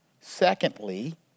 Secondly